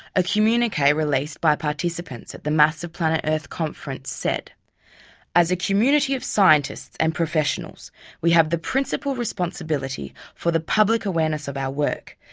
a communique released by participants at the maths of planet earth conference said as a community of scientists and professionals we have the principal responsibility for the public awareness of our work.